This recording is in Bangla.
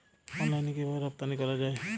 অনলাইনে কিভাবে রপ্তানি করা যায়?